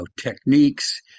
techniques